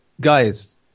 guys